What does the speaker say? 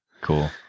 Cool